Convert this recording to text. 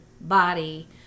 body